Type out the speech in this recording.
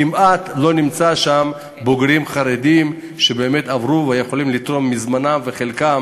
כמעט לא נמצא שם בוגרים חרדים שבאמת עברו ויכולים לתרום מזמנם וחלקם